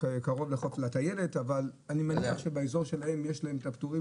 קרוב לחוף לטיילת אבל אני מניח שבאזור שלהם יש להם את הפטורים,